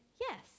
yes